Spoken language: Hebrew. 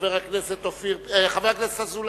חבר הכנסת דוד אזולאי,